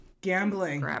Gambling